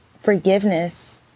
forgiveness